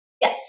Yes